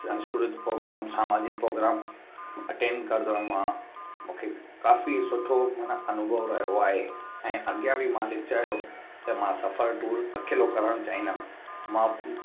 सांस्कृत प्रोग्राम समाजिक programme attend कंदो हुउमि मां मूंखे काफ़ी सुठो माना अनुभव रहियो आहे ऐं अॻियां बि मालिक चयो त मां सफ़र टूर अकेलो करणु चहींदुमि